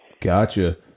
Gotcha